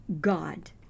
God